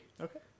okay